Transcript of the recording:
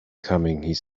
coming